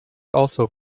also